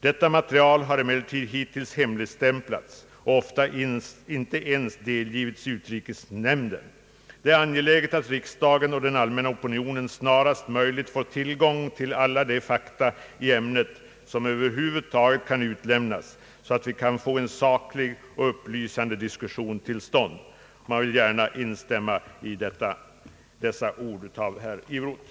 Detta material har emellertid hittills hemligstämplats och ofta inte ens delgivits utrikesnämnden. Det är angeläget att riksdagen och den allmänna opinionen snarast möjligt får tillgång till alla de fakta i ämnet som över huvud taget kan utlämnas, så att vi kan få en saklig och upplysande diskussion till stånd.» Jag vill gärna instämma i dessa synpunkter.